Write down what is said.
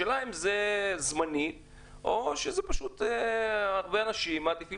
השאלה אם זה זמני או שזה פשוט הרבה אנשים שמעדיפים